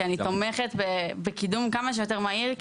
כי אני תומכת בקידום כמה שיותר מהיר.